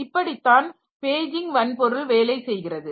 இப்படிதான் பேஜிங் வன்பொருள் வேலை செய்கிறது